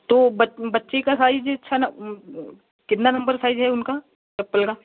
तो बच बच्ची का साइज छः नम कितना नम्बर साइज है उनका चप्पल का